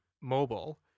mobile